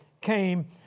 came